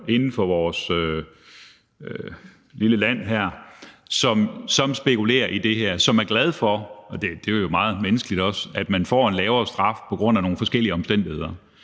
er folk i vores lille land, som spekulerer i det her, og som er glade for – og det er jo meget menneskeligt – at man får en lavere straf på grund af nogle forskellige omstændigheder.